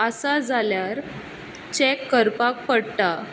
आसा जाल्यार चेक करपाक पडटा